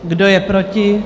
Kdo je proti?